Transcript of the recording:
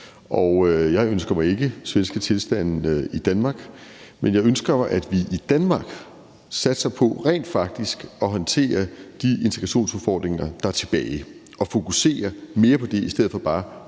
Jeg ønsker mig ikke svenske tilstande i Danmark, men jeg ønsker mig, at vi i Danmark satser på rent faktisk at håndtere de integrationsudfordringer, der er tilbage, og fokuserer mere på det i stedet for bare at tale